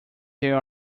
there